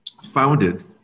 founded